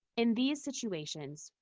in these situations,